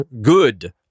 good